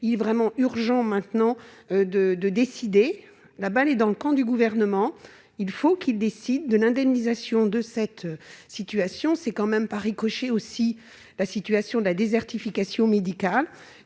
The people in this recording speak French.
il est vraiment urgent maintenant de de décider la balle est dans le camp du gouvernement, il faut qu'ils décident de l'indemnisation de cette situation, c'est quand même par ricochet aussi la situation de la désertification médicale